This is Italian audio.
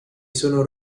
sono